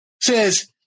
says